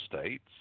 states